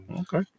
Okay